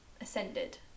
ascended